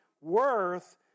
worth